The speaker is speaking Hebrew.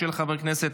של חבר הכנסת